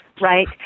right